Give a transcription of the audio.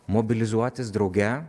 mobilizuotis drauge